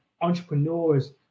entrepreneurs